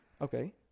Okay